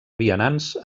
vianants